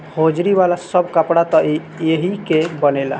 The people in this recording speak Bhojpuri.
होजरी वाला सब कपड़ा त एही के बनेला